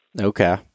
Okay